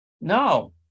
No